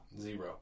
zero